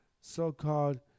so-called